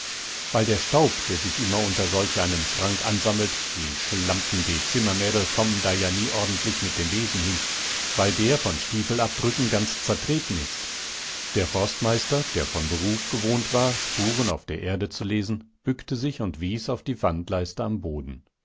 weil der staub der sich immer unter solch einem schrank ansammelt die schlampen die zimmermädel kommen da ja nie ordentlich mit dem besen hin weil der von stiefelabdrücken ganz zertreten ist der forstmeister der von beruf gewohnt war spuren auf der erde zu lesen bückte sich und wies auf die wandleiste am boden